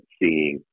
seeing